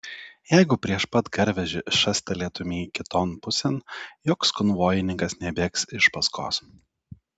jeigu prieš pat garvežį šastelėtumei kiton pusėn joks konvojininkas nebėgs iš paskos